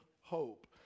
hope